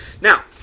Now